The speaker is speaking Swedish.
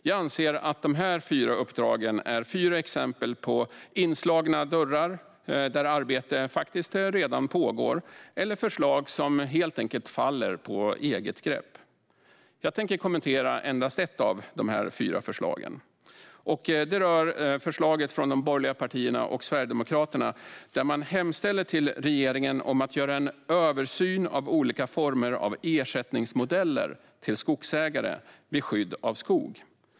Jag anser att dessa fyra uppdrag är fyra exempel på att slå in öppna dörrar där arbete faktiskt redan pågår eller förslag som helt enkelt faller på eget grepp. Jag tänker kommentera endast ett av dessa fyra förslag. Det rör förslaget från de borgerliga partierna och Sverigedemokraterna om att uppmana regeringen att göra en översyn av olika former av ersättningsmodeller till skogsägare vid skydd av skog.